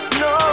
no